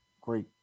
great